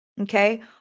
Okay